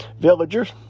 villagers